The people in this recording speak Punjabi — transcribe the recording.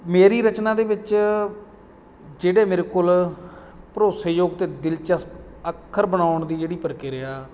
ਮੇਰੀ ਰਚਨਾ ਦੇ ਵਿੱਚ ਜਿਹੜੇ ਮੇਰੇ ਕੋਲ ਭਰੋਸੇਯੋਗ ਅਤੇ ਦਿਲਚਸਪ ਅੱਖਰ ਬਣਾਉਣ ਦੀ ਜਿਹੜੀ ਪ੍ਰਕਿਰਿਆ